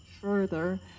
further